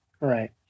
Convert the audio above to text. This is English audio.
Right